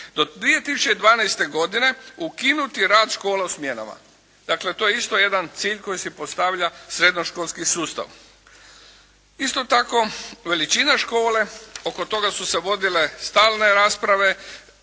Do 2012. godine ukinuti rad škola u smjenama. Dakle to je isto jedan cilj koji si postavlja srednjoškolski sustav. Isto tako veličina škole, oko toga su se vodile stalne rasprave.